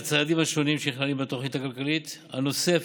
הצעדים השונים שנכללים בתוכנית הכלכלית הנוספת,